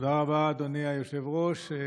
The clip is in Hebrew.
תודה רבה, אדוני היושב-ראש.